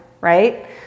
right